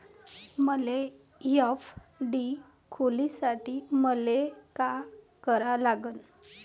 मले एफ.डी खोलासाठी मले का करा लागन?